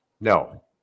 No